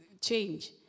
change